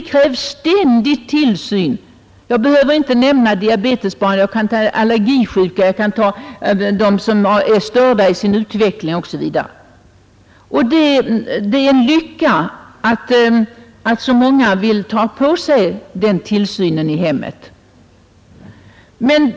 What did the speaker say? Jag behöver inte nämna diabetesbarnen. Jag kan ta allergisjuka. Jag kan ta dem som är störda i sin utveckling osv. Det är en lycka att det finns så många som vill ta på sig tillsynen av dem.